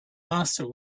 master